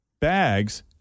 bags